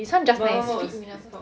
this one just nice